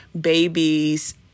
babies